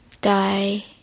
die